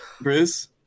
Bruce